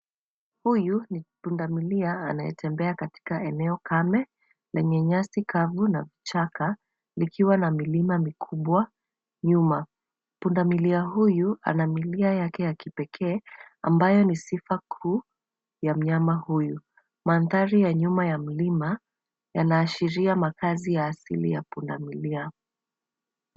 Huyu ni punda milia anayetembea katika eneo kame lenye nyasi kavu na vichaka, likiwa na milima mikubwa nyuma. Punda milia huyu ana milia yake ya kipekee, ambayo ni sifa kuu ya mnyama huyu. Mandhari ya nyuma ya mlima, yanaashiria makazi ya asili ya punda milia.